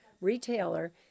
retailer